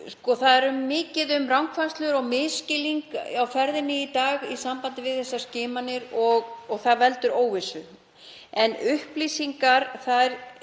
Það er mikið um rangfærslur og misskilning á ferðinni í dag í sambandi við þessar skimanir og það veldur óvissu. En upplýsingar eyða